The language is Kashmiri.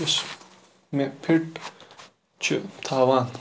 یُس مےٚ پھِٹ چھُ تھاوان